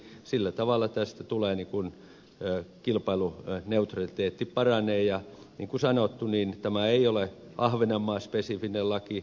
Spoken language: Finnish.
sillä tavalla tästä tulee kun eun kilpailupää kilpailuneutraliteetti paranee ja niin kuin sanottu tämä ei ole ahvenanmaa spesifinen laki